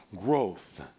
growth